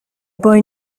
boy